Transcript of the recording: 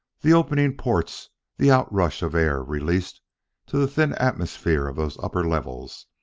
the opening ports the out-rush of air released to the thin atmosphere of those upper levels!